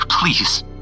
please